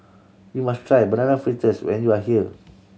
you must try Banana Fritters when you are here